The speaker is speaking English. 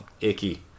icky